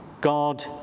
God